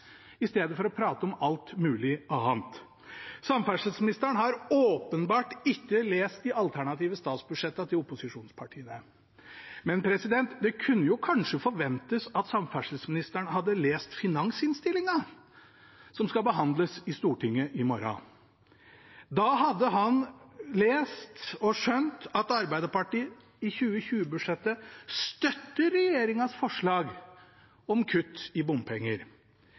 i stedet for å prate om alt mulig annet. Samferdselsministeren har åpenbart ikke lest de alternative statsbudsjettene til opposisjonspartiene, men det kunne kanskje forventes at samferdselsministeren hadde lest finansinnstillingen, som skal behandles i Stortinget i morgen. Da hadde han lest – og skjønt – at Arbeiderpartiet i 2020-budsjettet støtter regjeringens forslag om kutt i bompenger.